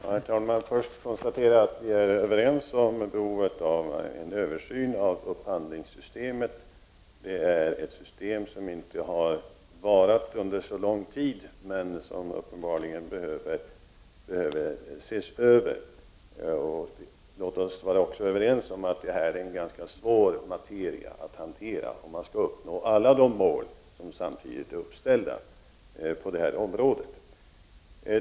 Herr talman! Jag vill först konstatera att vi är överens om behovet av en översyn av upphandlingssystemet. Det är ett system som inte har funnits under så lång tid men som uppenbarligen behöver ses över. Låt oss också vara överens om att detta är en ganska svår materia att hantera, om man skall uppnå alla de mål som samtidigt är uppställda på området.